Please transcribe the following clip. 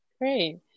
Great